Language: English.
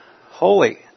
holy